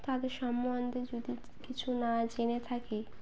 তাদের সম্বন্ধে যদি কিছু না জেনে থাকি